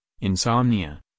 insomnia